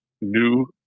new